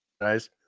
guys